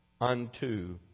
unto